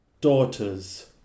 Daughters